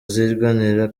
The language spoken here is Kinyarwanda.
zirwanira